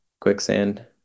quicksand